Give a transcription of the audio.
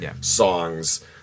songs